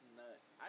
nuts